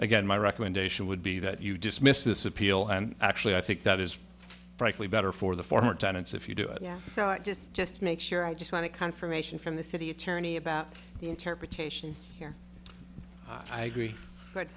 again my recommendation would be that you dismiss this appeal and actually i think that is frankly better for the former tenants if you do it just make sure i just wanted confirmation from the city attorney about interpretation here i agree